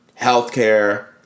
healthcare